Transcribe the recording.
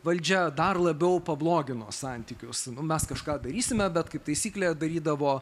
valdžia dar labiau pablogino santykius su mes kažką darysime bet kaip taisyklė darydavo